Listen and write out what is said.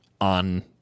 on